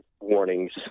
warnings